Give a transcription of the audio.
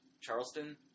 Charleston